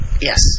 yes